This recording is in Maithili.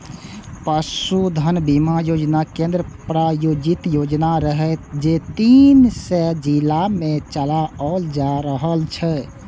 पशुधन बीमा योजना केंद्र प्रायोजित योजना रहै, जे तीन सय जिला मे चलाओल जा रहल छै